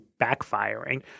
backfiring